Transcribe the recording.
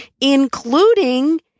including